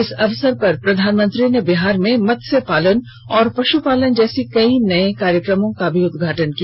इस अवसर पर प्रधानमंत्री ने बिहार में मत्स्य पालन और पशु पालन क्षेत्रों में कई नए कार्यक्रमों का भी उदघाटन किया